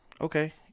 Okay